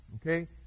okay